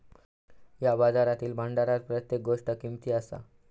या बाजारातील भांडारात प्रत्येक गोष्ट किमती असा